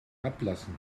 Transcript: herablassen